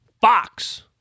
Fox